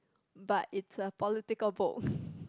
but it's a political book